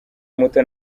muto